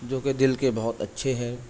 جو کہ دل کے بہت اچھے ہیں